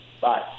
Bye